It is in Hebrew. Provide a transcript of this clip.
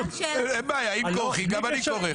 אין בעיה, אם כורכים גם אני כורך.